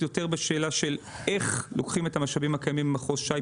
יותר בשאלה של איך לוקחים את המשאבים הקיימים במחוז ש"י,